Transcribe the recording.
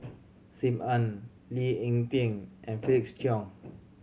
Sim Ann Lee Ek Tieng and Felix Cheong